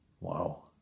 Wow